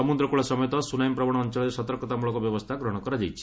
ସମୁଦ୍ରକ୍କଳ ସମେତ ସ୍ବନାମିପ୍ରବଣ ଅଞଳରେ ସତର୍କତାମ୍ଳକ ବ୍ୟବସ୍ଗା ଗ୍ରହଶ କରାଯାଇଛି